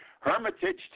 Hermitage